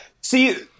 See